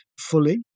fully